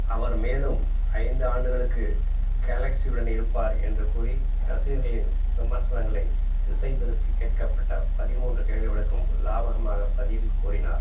அவர் மேலும் ஐந்து ஆண்டுகளுக்கு கேலக்ஸியுடன் இருப்பார் என்று கூறி ரசிகர்களின் விமர்சனங்களைத் திசைத்திருப்பிக் கேட்கப்பட்ட பதிமூன்று கேள்விகளுக்கும் லாவகமாக பதில் கூறினார்